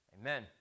Amen